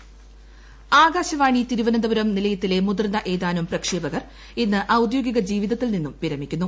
വിരമിക്കൽ ആകാശവാണി തിരുവനന്തപുരം നിലയത്തിലെ മുതിർന്ന ഏതാനും പ്രക്ഷേപകർ ഇന്ന് ഔദ്യോഗിക ജീവിതത്തിൽ നിന്നും വിരമിക്കുന്നു